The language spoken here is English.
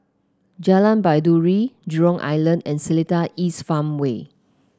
Jalan Baiduri Jurong Island and Seletar East Farmway